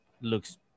looks